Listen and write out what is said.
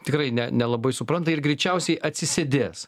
tikrai ne nelabai supranta ir greičiausiai atsisėdės